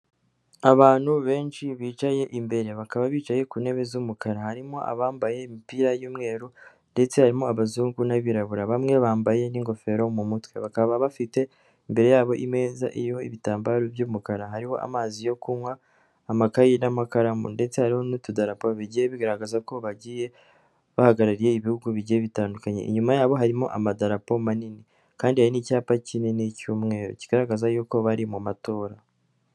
Abantu benshi bicaye imbere bakaba bicaye ku ntebe z'umukara, harimo abambaye imipira y'umweru ndetse harimo abazungu n'abirabura bamwe bambaye n'ingofero mu mutwe, bakaba bafite imbere yabo imeza iriho ibitambaro by'umukara hari amazi yo kunywa amakayi n'amakaramu ndetse hariho n'utudarapo bigiye bigaragaza ko bagiye bahagarariye ibihugu bigiye bitandukanye, inyuma yabo harimo amadarapo manini kandi hari n'icyapa kinini cy'umweru kigaragaza yuko bari mu matora.